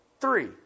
three